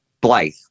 Blythe